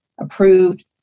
approved